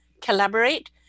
collaborate